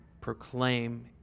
proclaim